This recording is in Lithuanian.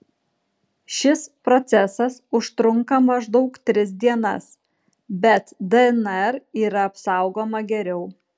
šis procesas užtrunka maždaug tris dienas bet dnr yra apsaugoma geriau